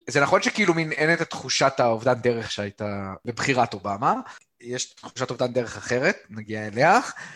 זה נכון שכאילו מין אין את תחושת האובדן דרך שהייתה לבחירת אובמה, יש תחושת אובדן דרך אחרת, נגיע אליה